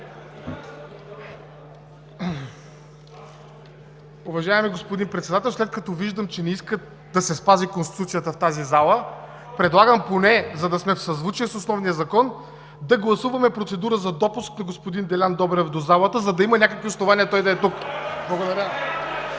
Уважаеми господин Председател! След като виждам, че не искат да се спази Конституцията в тази зала, предлагам поне, за да сме в съзвучие с основния закон, да гласуваме процедура за допуск на господин Делян Добрев до залата, за да има някакви основания той да е тук. Благодаря